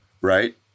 right